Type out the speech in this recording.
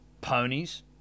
ponies